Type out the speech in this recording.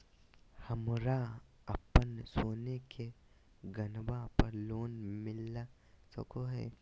हमरा अप्पन सोने के गहनबा पर लोन मिल सको हइ?